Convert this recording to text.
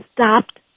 stopped